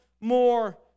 more